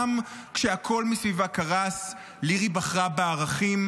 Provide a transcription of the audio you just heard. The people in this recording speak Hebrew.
גם כשהכול מסביבה קרס לירי בערכים,